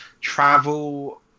Travel